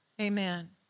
amen